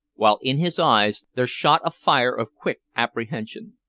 while in his eyes there shot a fire of quick apprehension.